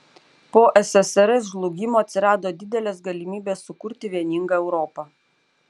po ssrs žlugimo atsirado didelės galimybės sukurti vieningą europą